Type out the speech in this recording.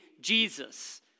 Jesus